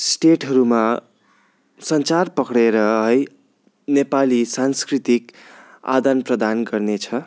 स्टेटहरूमा सञ्चार पक्रिएर है नेपाली सांस्कृतिक आदान प्रदान गर्नेछ